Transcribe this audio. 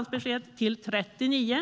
2013 till 39.